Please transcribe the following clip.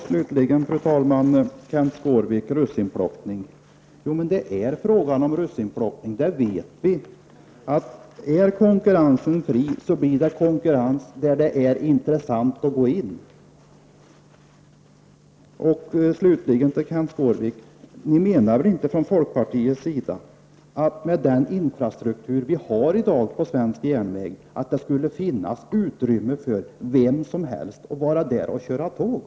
Slutligen, fru talman, vill jag säga till Kenth Skårvik beträffande ”russinplockningen”: Vi vet att det är fråga om russinplockning. Är konkurrensen fri, blir det konkurrens där det är intressant att gå in. Slutligen, Kenth Skårvik: Ni menar väl inte från folkpartiets sida att det med den infrastruktur som den svenska järnvägen i dag har skulle finnas utrymme för att låta vem som helst bedriva järnvägstrafik?